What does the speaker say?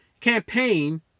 campaign